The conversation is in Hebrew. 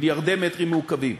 מיליארדי מטרים מעוקבים.